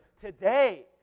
today